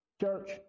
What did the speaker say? church